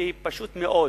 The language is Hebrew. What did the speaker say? שהיא פשוט מאוד